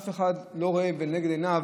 אף אחד לא רואה לנגד עיניו